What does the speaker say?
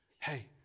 Hey